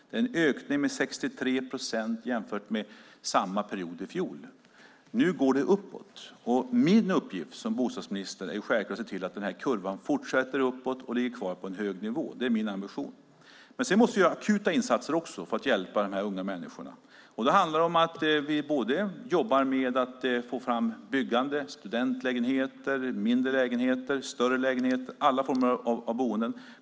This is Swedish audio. Det är en ökning med 63 procent jämfört med samma period i fjol. Nu går det uppåt, och min uppgift som bostadsminister är självklart att se till att kurvan fortsätter uppåt och ligger kvar på en hög nivå. Det är min ambition. Vi måste också göra akuta insatser för att hjälpa de unga. Det handlar om att öka byggandet av studentlägenheter, mindre lägenheter och större lägenheter - alla former av boenden.